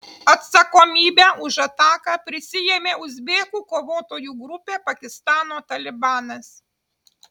atsakomybę už ataką prisiėmė uzbekų kovotojų grupė pakistano talibanas